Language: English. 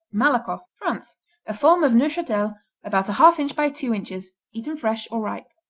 malakoff france a form of neufchatel about a half inch by two inches, eaten fresh or ripe.